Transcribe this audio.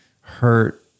hurt